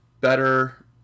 better